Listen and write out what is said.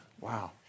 Wow